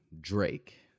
Drake